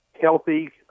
healthy